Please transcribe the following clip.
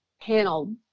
panel